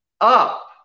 up